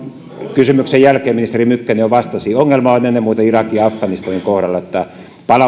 kysymyksen jälkeen ministeri mykkänen jo vastasi ennen muuta irakin ja afganistanin kohdalla että